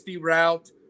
route